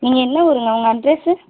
நீங்கள் என்ன ஊருங்க உங்கள் அட்ரஸ்சு